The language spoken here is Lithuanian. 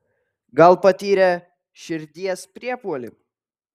gal patyrė širdies priepuolį